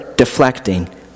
deflecting